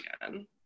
again